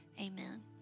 amen